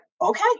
okay